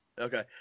Okay